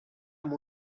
amb